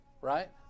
right